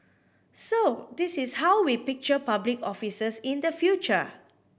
so this is how we picture public officers in the future